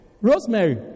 rosemary